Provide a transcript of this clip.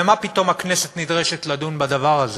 ומה פתאום הכנסת נדרשת לדון בדבר הזה,